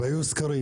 ישראלים.